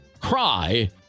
cry